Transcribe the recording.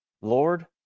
Lord